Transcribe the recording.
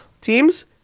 teams